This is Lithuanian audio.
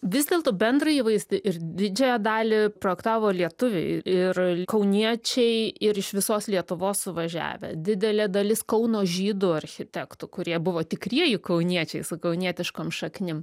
vis dėlto bendrą įvaizdį ir didžiąją dalį projektavo lietuviai ir kauniečiai ir iš visos lietuvos suvažiavę didelė dalis kauno žydų architektų kurie buvo tikrieji kauniečiai su kaunietiškom šaknim